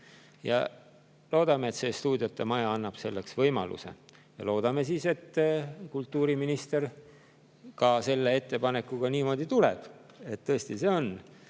Loodame, et see stuudiotemaja annab selleks võimaluse. Ja loodame siis, et kultuuriminister selle ettepanekuga niimoodi tuleb, et see tõesti on